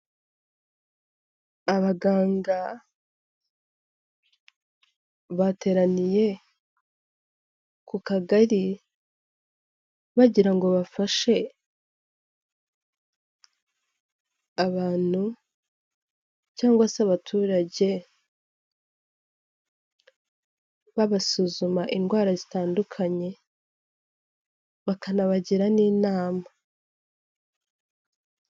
Abaganga bateraniye ku kagari bagira ngo bafashe abantu cyangwa se abaturage babasuzuma indwara zitandukanye, bakanabagira n' inama.